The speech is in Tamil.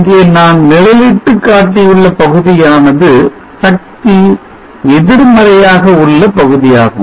இங்கே நான் நிழலிட்டு காட்டியுள்ள பகுதியானது சக்தி எதிர்மறையாக உள்ள பகுதியாகும்